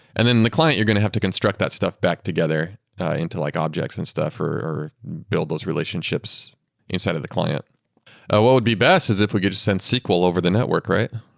and then the client, you're going to have to construct that stuff back together into like objects objects and stuff, or build those relationships inside of the client what would be best is if we get to send sql over the network, right?